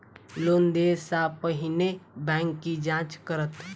Loan देय सा पहिने बैंक की जाँच करत?